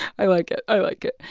i like it. i like it.